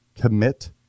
commit